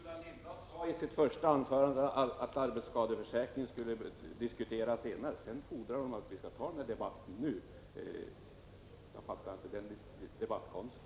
Herr talman! Gullan Lindblad sade i sitt första anförande att arbetsskadesförsäkringen skulle diskuteras senare, och sedan fordrar hon att vi skall ta den debatten nu. Jag förstår inte den debattkonsten.